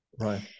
right